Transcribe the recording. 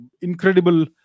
incredible